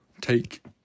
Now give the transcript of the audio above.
Take